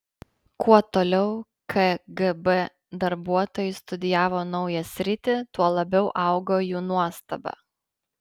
kuo toliau kgb darbuotojai studijavo naują sritį tuo labiau augo jų nuostaba